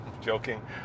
Joking